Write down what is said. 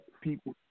people